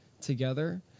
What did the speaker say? together